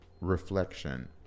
reflection